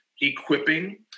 equipping